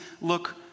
look